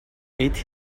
ate